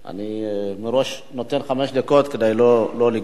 אני מראש נותן חמש דקות כדי לא לגלוש.